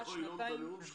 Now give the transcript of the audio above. לשנתיים,